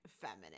feminine